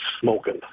smoking